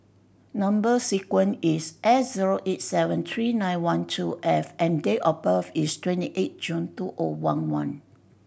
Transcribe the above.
number sequence is S zero eight seven three nine one two F and date of birth is twenty eight June two O one one